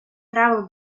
правил